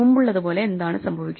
മുമ്പുള്ളതുപോലെഎന്താണ് സംഭവിക്കുക